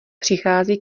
přichází